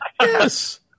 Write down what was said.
Yes